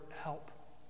help